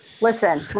Listen